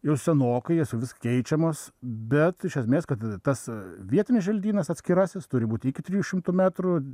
jau senokai jos vis keičiamos bet iš esmės kad tas vietinis želdynas atskirasis turi būti iki trijų šimtų metrų